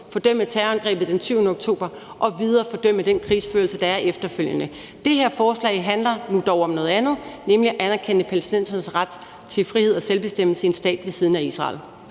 fordømme terrorangrebet den 7. oktober og videre fordømme den krigsførelse, der er efterfølgende. Det her forslag handler nu dog om noget andet, nemlig at anerkende palæstinensernes ret til frihed og selvbestemmelse i en stat ved siden af Israel.